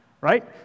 right